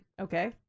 Okay